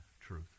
truth